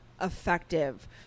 effective